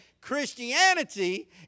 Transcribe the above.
Christianity